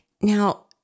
Now